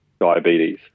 diabetes